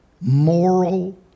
moral